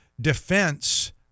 defense